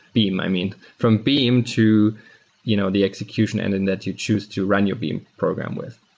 beam, i mean. from beam to you know the execution and then that you choose to run your beam program with.